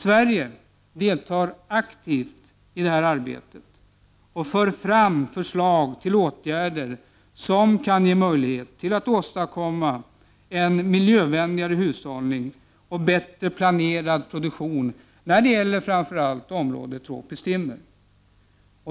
Sverige deltar aktivt i detta arbete och för fram förslag till åtgärder som kan ge möjlighet att åstadkomma en miljövänligare hushållning och bättre planerad produktion när det gäller framför allt tropiskt timmer.